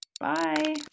bye